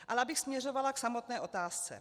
Ale abych směřovala k samotné otázce.